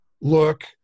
look